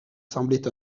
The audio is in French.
semblaient